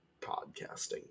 podcasting